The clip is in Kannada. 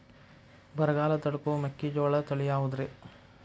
ಬರಗಾಲ ತಡಕೋ ಮೆಕ್ಕಿಜೋಳ ತಳಿಯಾವುದ್ರೇ?